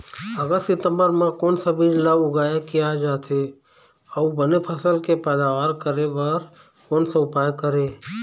अगस्त सितंबर म कोन सा बीज ला उगाई किया जाथे, अऊ बने फसल के पैदावर करें बर कोन सा उपाय करें?